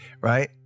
right